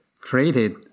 created